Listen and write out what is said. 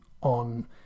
on